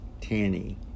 Tanny